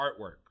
artwork